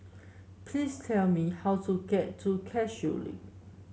please tell me how to get to Cashew Link